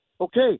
okay